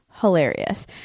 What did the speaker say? Hilarious